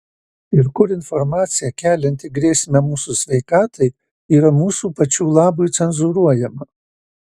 ir kur informacija kelianti grėsmę mūsų sveikatai yra mūsų pačių labui cenzūruojama